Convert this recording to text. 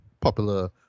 popular